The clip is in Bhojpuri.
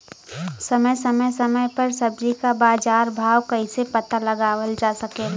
समय समय समय पर सब्जी क बाजार भाव कइसे पता लगावल जा सकेला?